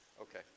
Okay